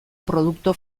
produktu